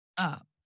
Up